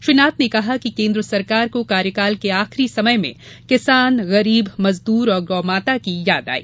श्री नाथ ने कहा कि केन्द्र सरकार को कार्यकाल के आखरी समय में किसान गरीब मजदूर और गौमाता की याद आई